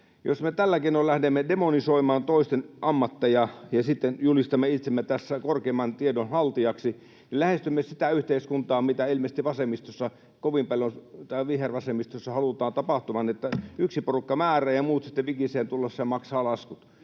Jos me tällä keinoin lähdemme demonisoimaan toisten ammatteja ja sitten julistamme itsemme tässä korkeimman tiedon haltijaksi, lähestymme sitä yhteiskuntaa, mitä ilmeisesti vihervasemmistossa kovin paljon halutaan tapahtuvan, että yksi porukka määrää ja muut sitten vikisevät tullessaan ja maksavat laskut.